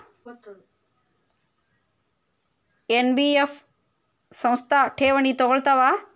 NBF ಸಂಸ್ಥಾ ಠೇವಣಿ ತಗೋಳ್ತಾವಾ?